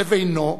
לבינו,